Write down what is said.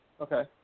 Okay